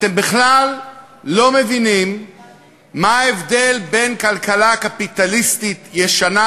אתם בכלל לא מבינים מה ההבדל בין כלכלה קפיטליסטית ישנה,